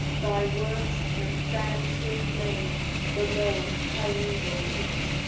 thy words may fan to a flame the low primeval heat.